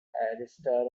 arista